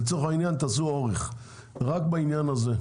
לצורך העניין תעשו אורך, רק בעניין הזה.